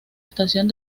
estación